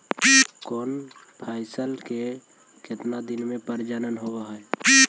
कौन फैसल के कितना दिन मे परजनन होब हय?